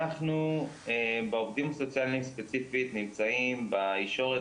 אנחנו בעובדים הסוציאליים ספציפית נמצאים בישורת